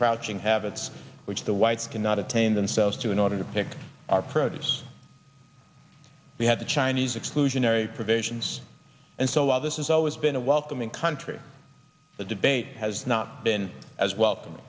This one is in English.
crouching habits which the whites cannot attain themselves to in order to pick our parents we had the chinese exclusionary provisions and so all this is always been a welcoming country the debate has not been as wel